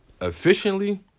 efficiently